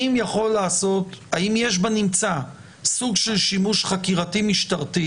האם יש בנמצא סוג של שימוש חקירתי משטרתי